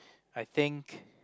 I think